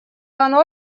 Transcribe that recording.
оно